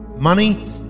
Money